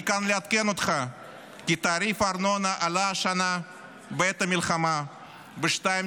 אני כאן לעדכן אותך כי תעריף הארנונה עלה השנה בעת המלחמה ב-2.7%,